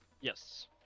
Yes